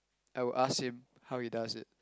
I will ask him how he does it